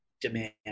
demand